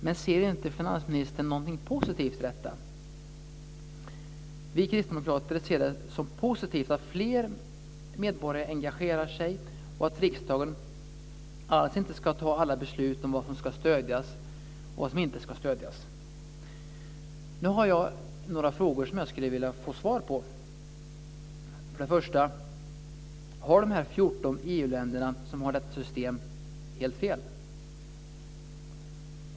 Men ser inte finansministern någonting positivt i detta? Vi kristdemokrater ser det som positivt att fler medborgare engagerar sig och att riksdagen inte alls tar alla beslut om vad som ska stödjas och vad som inte ska stödjas. Nu har jag några frågor som jag skulle vilja få svar på. För det första: Har de 14 EU-länder som har detta system helt fel?